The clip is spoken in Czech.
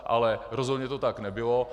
Ale rozhodně to tak nebylo.